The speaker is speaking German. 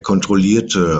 kontrollierte